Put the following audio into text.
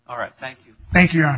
all right thank you thank you